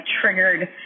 triggered